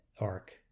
arc